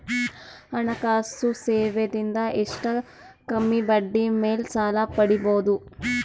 ಹಣಕಾಸು ಸೇವಾ ದಿಂದ ಎಷ್ಟ ಕಮ್ಮಿಬಡ್ಡಿ ಮೇಲ್ ಸಾಲ ಪಡಿಬೋದ?